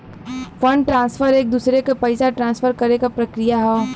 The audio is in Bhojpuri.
फंड ट्रांसफर एक दूसरे के पइसा ट्रांसफर करे क प्रक्रिया हौ